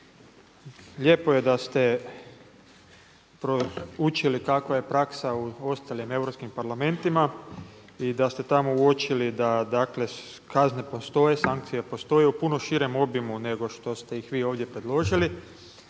lijepo je da ste proučili kakva je praksa u ostalim europskim parlamentima i da ste tamo uočili da kazne postoje, sankcije postoje u puno širem obimu nego što ste ih vi ovdje predložili,